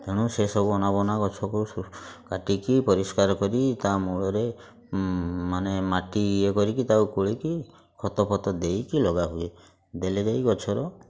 ତେଣୁ ସେ ସବୁ ଅନାବନା ଗଛକୁ କାଟିକି ପରିଷ୍କାର କରି ତା ମୂଳରେ ମାନେ ମାଟି ଇଏ କରିକି ତାକୁ ଖୋଳିକି ଖତ ଫତ ଦେଇକି ଲଗା ହୁଏ ଦେଲେ ଯାଇ ଗଛର